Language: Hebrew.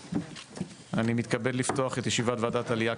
אני מתכבד לפתוח את ישיבת העלייה,